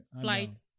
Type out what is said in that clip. Flights